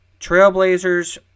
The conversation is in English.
Trailblazers